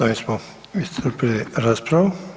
S ovim smo iscrpili raspravu.